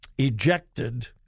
Ejected